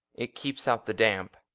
it keeps out the damp.